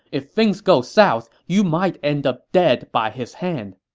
if things go south, you might end up dead by his hand.